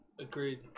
Agreed